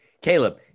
Caleb